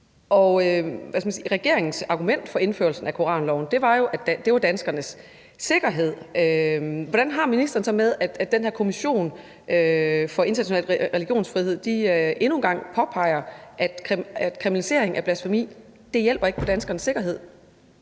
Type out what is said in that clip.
Regeringens argument for indførelsen af koranloven var jo danskernes sikkerhed. Hvordan har ministeren det så med, at den her kommission for international religionsfrihed endnu en gang påpeger, at kriminalisering af blasfemi ikke hjælper på danskernes sikkerhed?